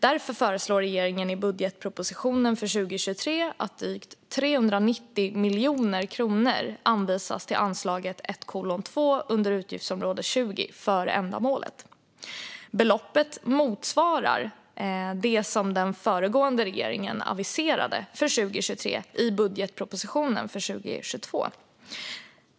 Därför föreslår regeringen i budgetpropositionen för 2023 att drygt 390 miljoner kronor anvisas till anslaget 1:2 under utgiftsområde 20 för ändamålet. Beloppet motsvarar det som den föregående regeringen aviserade för 2023 i budgetpropositionen för 2022.